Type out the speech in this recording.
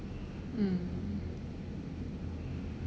mm